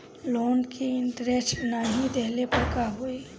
Loan के interest नाही देहले पर का होई?